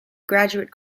graduate